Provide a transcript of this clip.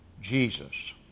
Jesus